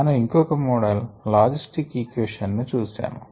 మనం ఇంకొక model logistic equation ను చూశాము